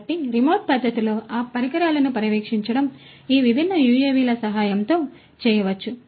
కాబట్టి రిమోట్ పద్ధతిలో ఆ పరికరాలను పర్యవేక్షించడం ఈ విభిన్న యుఎవిల సహాయంతో చేయవచ్చు